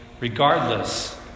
regardless